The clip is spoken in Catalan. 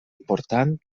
important